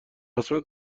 قسمت